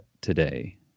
today